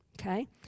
okay